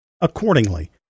Accordingly